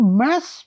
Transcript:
mass